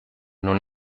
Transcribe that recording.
non